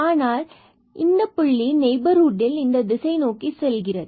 ஆனால் இந்தப் புள்ளி நேய்பர்ஹுட் ல் இந்த திசை நோக்கி செல்கிறது